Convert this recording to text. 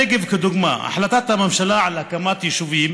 הנגב כדוגמה: החלטת הממשלה על הקמת יישובים